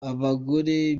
abagore